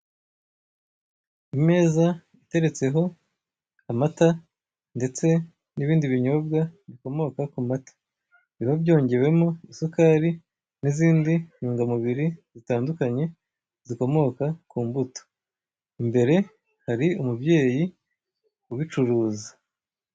Imeza iteretseho amata ndetse n'ibindi binyobwa bikomoka ku mata, biba byongewe mo isukari n'izindi ntungamubiri zitandukanye zikomoka ku mbuto, imbere hari umubyeyi ubicuruza.